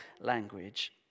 language